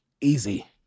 Easy